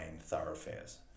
thoroughfares